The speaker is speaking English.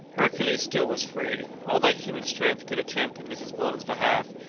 hercules still was free. all that human strength could attempt in mrs. weldon's behalf,